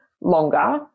longer